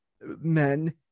men